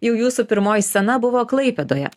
jau jūsų pirmoji scena buvo klaipėdoje